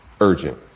urgent